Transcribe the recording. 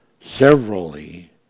severally